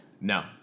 No